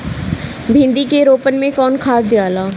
भिंदी के रोपन मे कौन खाद दियाला?